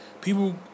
people